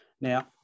Now